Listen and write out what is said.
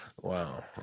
Wow